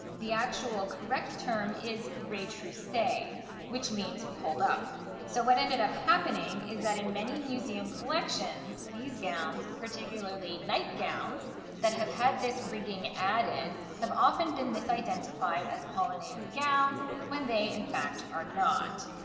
the actual correct term is retrousse which means pulled up so what ended up happening is that in many museum collections these gowns, particularly night gowns that have had this rigging added, have often been misidentified as polonaise gowns when they in fact are not.